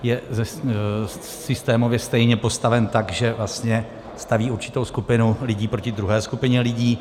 Je systémově stejně postaven tak, že vlastně staví určitou skupinu lidí proti druhé skupině lidí.